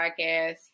Podcast